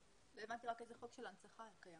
לא הבנתי רק איזה חוק של הנצחה קיים?